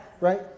right